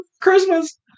Christmas